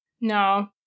No